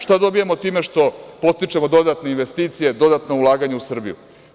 Šta dobijamo time što podstičemo dodatne investicije, dodatna ulaganja u Srbiju?